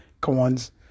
coins